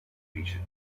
region